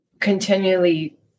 continually